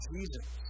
Jesus